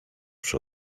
przy